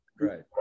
Right